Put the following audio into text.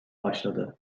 başladı